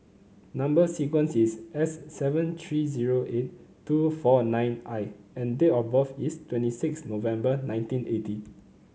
number sequence is S seven three zero eight two four nine I and date of birth is twenty six November nineteen eighty